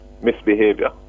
misbehavior